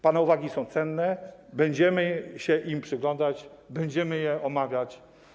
Pana uwagi są cenne, będziemy się im przyglądać, będziemy je omawiać.